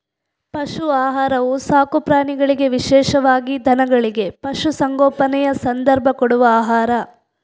ಪಶು ಆಹಾರವು ಸಾಕು ಪ್ರಾಣಿಗಳಿಗೆ ವಿಶೇಷವಾಗಿ ದನಗಳಿಗೆ, ಪಶು ಸಂಗೋಪನೆಯ ಸಂದರ್ಭ ಕೊಡುವ ಆಹಾರ